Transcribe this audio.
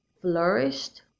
flourished